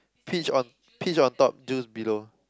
peach on peach on top juice below